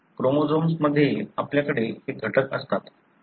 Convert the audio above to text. क्रोमोझोम्समध्ये आपल्याकडे हे घटक असतात